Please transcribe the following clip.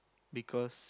because